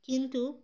কিন্তু